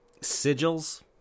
sigils